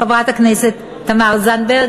חברת הכנסת תמר זנדברג,